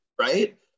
right